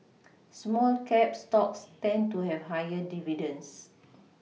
small cap stocks tend to have higher dividends